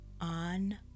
on